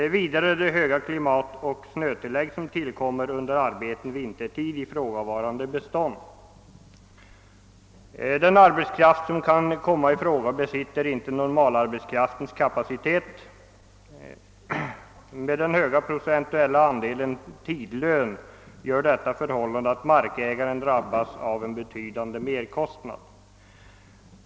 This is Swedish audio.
Detsamma gäller de höga klimatoch snötillägg som tillkommer vid arbeten under vintertid i ifrågavarande bestånd. Den arbetskraft som kan komma i fråga besitter inte normalarbetskraftens kapacitet. Med den höga procentuella andelen tidlön gör detta förhållande. att markägaren drabbas av en betydande merkostnad.